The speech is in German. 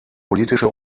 politische